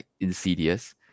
insidious